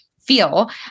feel